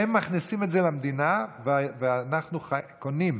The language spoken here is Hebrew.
הם מכניסים את זה למדינה, ואנחנו קונים.